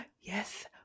Yes